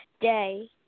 day